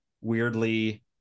weirdly